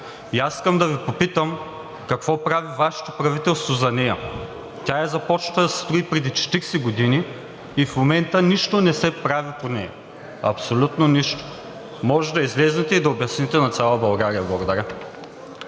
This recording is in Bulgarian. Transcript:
И аз искам да Ви попитам: какво прави Вашето правителство за нея? Тя е започната да се строи преди 40 години и в момента нищо не се прави по нея. Абсолютно нищо! Можете да излезете и да обясните на цяла България. Благодаря.